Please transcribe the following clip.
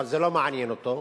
אבל זה לא מעניין אותו,